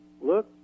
look